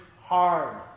hard